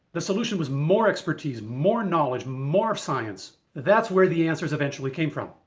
the solution was more expertise, more knowledge, more science. that's where the answers eventually came from.